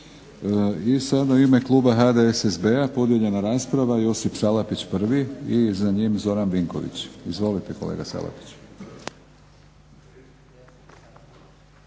I sada u ime kluba HDSSB-a podijeljena rasprava Josip Salapić prvi i za njim Zoran Vinković. Izvolite kolega Salapiću.